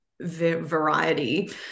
variety